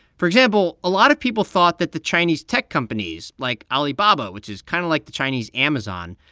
for example, a lot of people thought that the chinese tech companies, like alibaba, which is kind of like the chinese amazon,